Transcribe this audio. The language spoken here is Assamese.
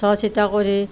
চোৱা চিতা কৰি